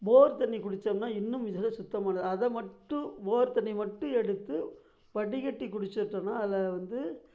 போர் தண்ணி குடிச்சம்னால் இன்னும் இதை சுத்தமானதாக அதை மட்டும் போர் தண்ணியை மட்டும் எடுத்து வடிகட்டி குடிச்சிட்டுடோம்னா அதில வந்து